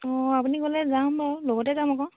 অঁ আপুনি গ'লে যাম বাৰু লগতে যাম আকৌ